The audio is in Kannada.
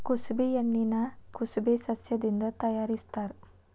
ಕುಸಬಿ ಎಣ್ಣಿನಾ ಕುಸಬೆ ಸಸ್ಯದಿಂದ ತಯಾರಿಸತ್ತಾರ